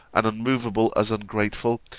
and unmovable as ungrateful,